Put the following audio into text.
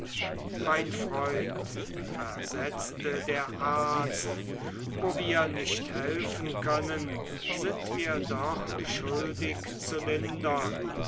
mein freund versetzte der arzt wo wir nicht helfen können sind wir doch schuldig zu lindern